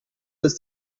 ist